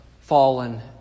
fallen